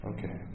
Okay